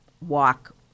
walk –